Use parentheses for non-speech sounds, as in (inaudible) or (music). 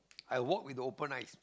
(noise) I walk with the open eyes